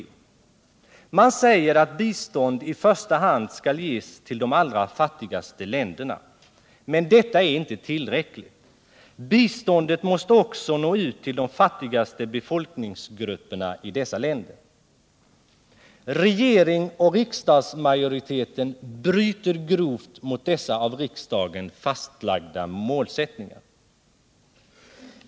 Man säger att bistånd i första hand skall ges till de allra fattigaste länderna. Men detta är inte tillräckligt. Biståndet måste också nå ut till de fattigaste befolkningsgrupperna i de här länderna. Regering och riksdagsmajoritet bryter grovt mot dessa av riksdagen fastlagda målsättningar.